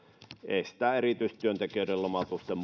estää erityisesti työntekijöiden lomautusten